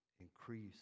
increase